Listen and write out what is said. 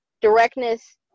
directness